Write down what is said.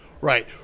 right